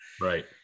Right